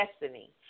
destiny